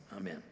Amen